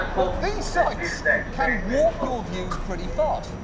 but these sites can warp your views pretty fast.